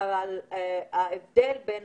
ההבדל בין